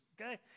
Okay